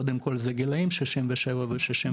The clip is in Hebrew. קודם כל זה גילאים 67 ו-62,